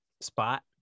spot